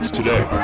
today